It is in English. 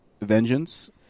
Vengeance